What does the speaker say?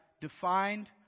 defined